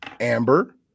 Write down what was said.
Amber